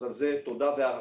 אז על זה תודה והערכה.